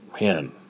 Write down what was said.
Man